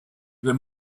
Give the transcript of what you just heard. they